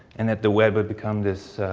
and that the web would become this